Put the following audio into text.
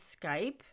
Skype